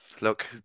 look